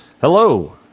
hello